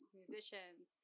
musicians